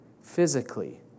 physically